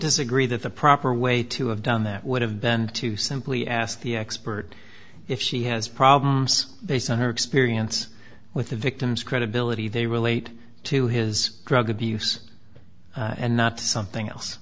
disagree that the proper way to have done that would have been to simply ask the expert if she has problems based on her experience with the victim's credibility they relate to his drug abuse and not something else